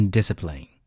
Discipline